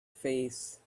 face